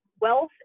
Wealth